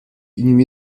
inhumé